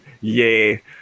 yay